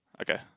Okay